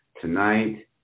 tonight